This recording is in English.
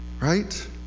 right